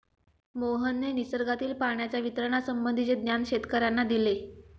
मोहनने निसर्गातील पाण्याच्या वितरणासंबंधीचे ज्ञान शेतकर्यांना दिले